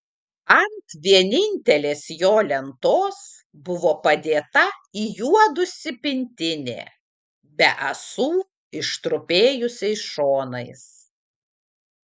ant vienintelės jo lentos buvo padėta įjuodusi pintinė be ąsų ištrupėjusiais šonais